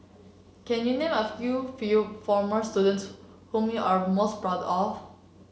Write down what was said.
can you name a few few former students whom you are most proud of